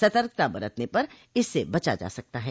सतर्कता बरतने पर इससे बचा जा सकता है